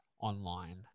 online